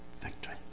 Victory